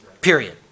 Period